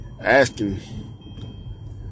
asking